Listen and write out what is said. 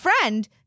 friend